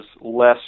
less